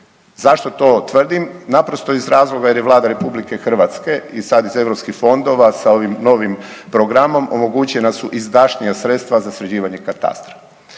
Zašto to tvrdim? Naprosto iz razloga jer je Vlada RH i sad iz eu fondova sa ovim novim programom omogućena su izdašnija sredstva za sređivanje katastra.